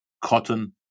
cotton